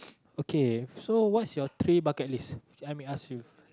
okay so what's your three bucket list If I may ask you